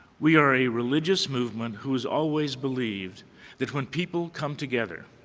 we are a religious movement who has always believed that when people come together